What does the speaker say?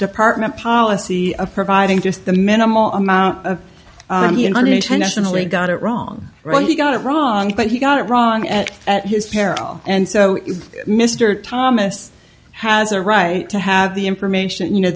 department policy of providing just the minimal amount of unintentionally got it wrong well he got it wrong but he got it wrong at his peril and so mr thomas has a right to have the information you know